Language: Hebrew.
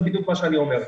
זה בדיוק מה שאני אומר.